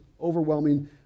overwhelming